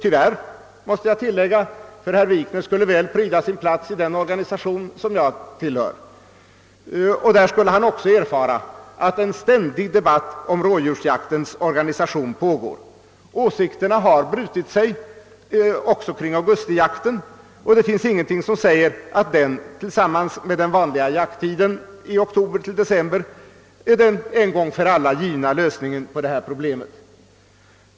Jag måste beklaga detta, eftersom herr Wikner väl skulle pryda sin plats i den organisation jag tillhör. Där skulle han också få erfara att en ständig debatt pågår om rådjursjaktens organisation. Åsikterna har brutit sig också kring augustijakten, och det finns ingenting som säger att den, tillsammans med den vanliga jakten i oktober —december, är den en gång för alla givna lösningen på detta problem.